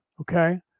okay